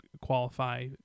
qualify